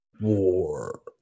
War